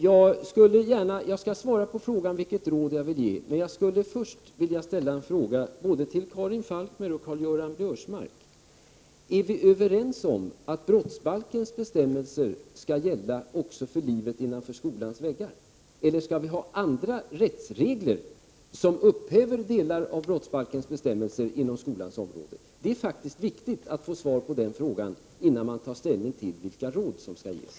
Jag skall svara på frågan vilket råd jag vill ge, men jag skulle först vilja ställa en fråga till både Karin Falkmer och Karl-Göran Biörsmark: Är vi överens om att brottsbalkens bestämmelser skall gälla också för livet innanför skolans väggar, eller skall vi ha andra rättsregler som upphäver delar av brottsbalkens bestämmelser inom skolans område? Det är viktigt att få svar på den frågan innan man tar ställning till vilka råd som skall ges.